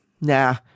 Nah